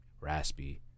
raspy